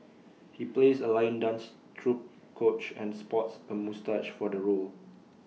he plays A lion dance troupe coach and sports A moustache for the role